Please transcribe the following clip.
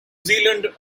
zealand